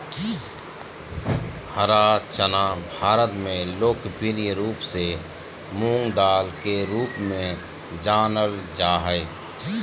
हरा चना भारत में लोकप्रिय रूप से मूंगदाल के रूप में जानल जा हइ